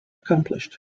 accomplished